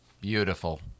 Beautiful